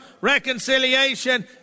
reconciliation